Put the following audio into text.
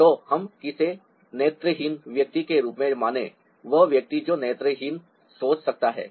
तो हम किसे नेत्रहीन व्यक्ति के रूप में मानें वह व्यक्ति जो नेत्रहीन सोच सकता है